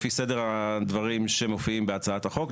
לפי סדר הדברים שמופיעי בהצעת החוק,